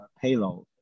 payload